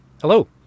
Hello